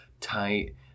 tight